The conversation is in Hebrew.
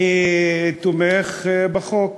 בכך שאני תומך בחוק.